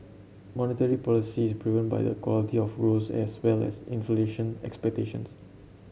monetary policy is proven by the quality of growth as well as inflation expectations